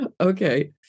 Okay